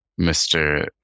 Mr